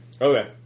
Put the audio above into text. Okay